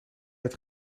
het